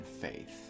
faith